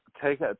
take